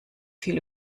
viel